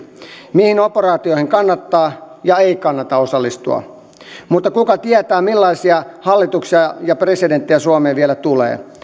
mihin operaatioihin kannattaa ja ei kannata osallistua mutta kuka tietää millaisia hallituksia ja presidenttejä suomeen vielä tulee